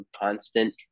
constant